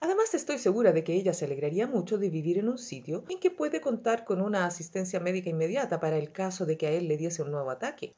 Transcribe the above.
además estoy segura de que ella se alegraría mucho de vivir en un sitio en que puede contar con una asistencia médica inmediata para el caso de que a él le diese un nuevo ataque